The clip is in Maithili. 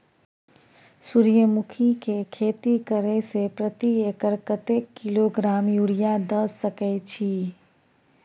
सूर्यमुखी के खेती करे से प्रति एकर कतेक किलोग्राम यूरिया द सके छी?